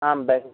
आम् बे